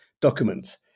document